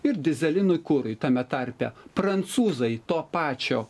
ir dyzelinui kurui tame tarpe prancūzai to pačio